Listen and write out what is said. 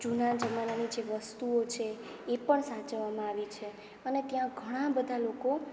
જૂના જમાનાની જે વસ્તુઓ છે એ પણ સાચવવામાં આવે છે અને ત્યાં ઘણા બધા લોકો